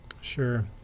Sure